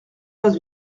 pas